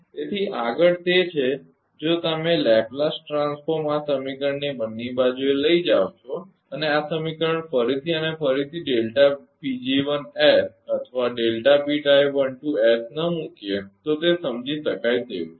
તેથી આગળ તે છે કે જો તમે લેપ્લેસ ટ્રાંસફોર્મ આ સમીકરણની બંને બાજુએ લઈ જાઓ છો અને આ સમીકરણ ફરીથી અને ફરીથી orઅથવા ન મૂકીએ તો તે સમજી શકાય તેવું છે